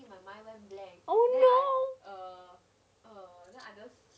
oh no